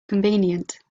convenient